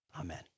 Amen